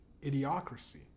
idiocracy